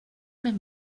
men